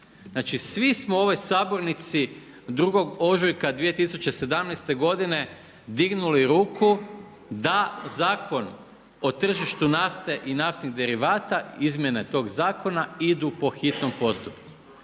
Znači svi smo u ovoj sabornici 2. ožujka 2017. godine dignuli ruku da Zakon o tržištu nafte i naftnih derivata izmjene tog zakona idu po hitnom postupku.